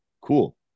cool